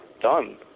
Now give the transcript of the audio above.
done